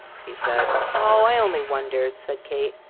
he said. oh, i only wondered, said kate.